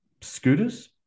scooters